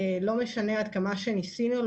לא משנה כמה שניסינו,